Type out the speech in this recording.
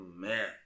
Man